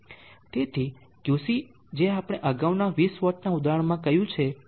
તેથી QC જે આપણે અગાઉના 20 વોટનાં ઉદાહરણમાં કહ્યું છે